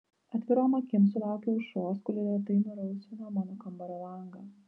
atvirom akim sulaukiau aušros kuri lėtai nurausvino mano kambario langą